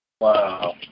Wow